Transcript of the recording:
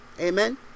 Amen